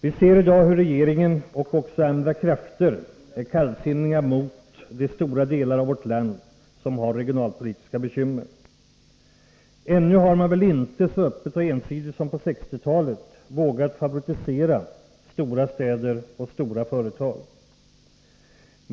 Vi ser i dag hur regeringen och också andra krafter är kallsinniga mot de stora delar av vårt land som har regionalpolitiska bekymmer. Ännu har man väl inte så öppet och ensidigt som på 1960-talet vågat favorisera stora städer och stora företag.